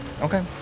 okay